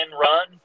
run